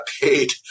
paid